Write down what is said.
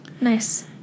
Nice